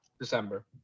December